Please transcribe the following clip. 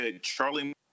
Charlie